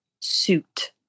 suit